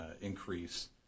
increase